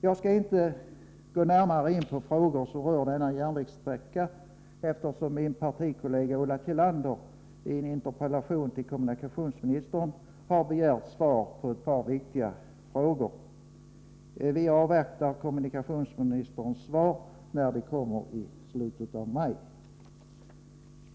Jag skall inte gå närmare in på frågor som rör denna järnvägssträcka eftersom min partikollega Ulla Tillander i en interpellation till kommunikationsministern har begärt svar på ett par viktiga frågor. Vi avvaktar kommunikationsministerns svar, som kommer i slutet av maj.